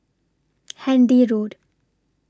Handy Road